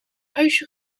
huisje